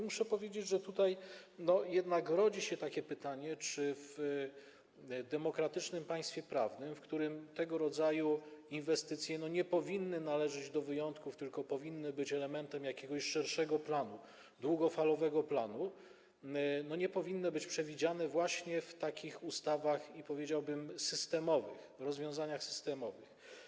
Muszę powiedzieć, że tutaj jednak rodzi się takie pytanie, czy w demokratycznym państwie prawnym, w którym tego rodzaju inwestycje nie powinny należeć do wyjątków, tylko powinny być elementem jakiegoś szerszego, długofalowego planu, nie powinny być przewidziane właśnie w takich ustawach, powiedziałbym, systemowych, rozwiązaniach systemowych.